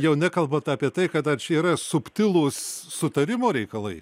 jau nekalbant apie tai kad dar čia yra subtilūs sutarimo reikalai